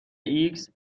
ایکس